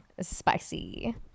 Spicy